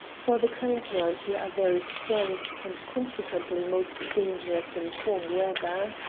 for the currents round here are very strong and consequently most dangerous in calm weather.